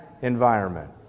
environment